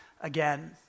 again